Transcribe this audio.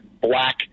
black